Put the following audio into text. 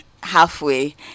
halfway